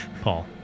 Paul